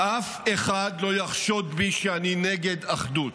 אף אחד לא יחשוד בי שאני נגד אחדות.